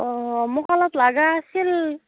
অ' মোক অলপ লগা আছিল